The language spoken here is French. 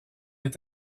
est